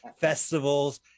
festivals